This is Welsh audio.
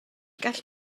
gall